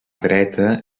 dreta